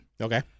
Okay